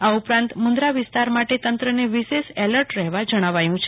આ ઉપરાંત મુન્દ્રા વિસ્તારમાં તંત્રને વિશેષ એલર્ટ રહેવા જણાવાયું છે